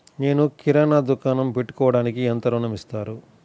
నేను కిరాణా దుకాణం పెట్టుకోడానికి ఎంత ఋణం ఇస్తారు?